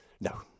No